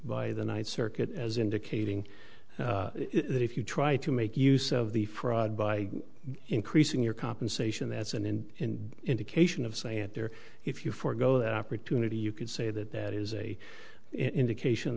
by the ninth circuit as indicating that if you try to make use of the fraud by increasing your compensation that's an end in indication of say it there if you forego that opportunity you could say that that is a indication